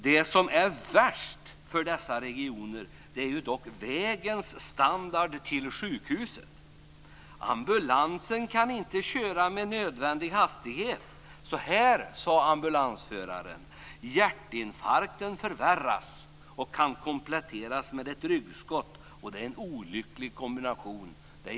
Det som är värst för dessa regioner är dock standarden på vägen till sjukhuset. Ambulansen kan inte köra med nödvändig hastighet. En ambulansförare sade att en hjärtinfarkt kan förvärras och kompletteras med ett ryggskott, vilket är en olycklig kombination.